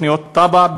תב"ע,